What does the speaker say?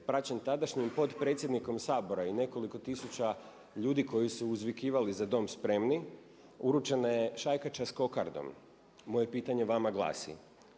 praćen tadašnjim potpredsjednikom Sabora i nekoliko tisuća ljudi koji su uzvikivali „Za Dom spremni“ uručena je šajkača sa kokardom. Moje pitanje vama glasi,